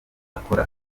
akora